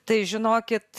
tai žinokit